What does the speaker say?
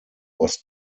was